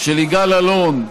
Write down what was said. של יגאל אלון,